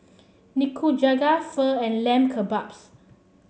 Nikujaga Pho and Lamb Kebabs